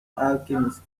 alchemist